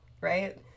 right